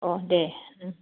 अ दे उम